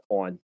on